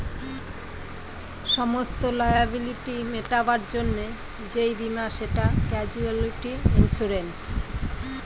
সমস্ত লায়াবিলিটি মেটাবার জন্যে যেই বীমা সেটা ক্যাজুয়ালটি ইন্সুরেন্স